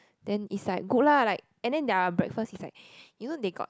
then it's like good lah like and then their breakfast is like you now they got